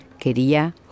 Quería